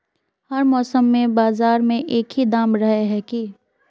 हर मौसम में बाजार में एक ही दाम रहे है की?